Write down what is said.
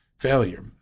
failure